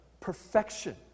perfection